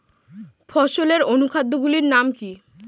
ফসলের অনুখাদ্য গুলির নাম কি?